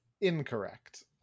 Incorrect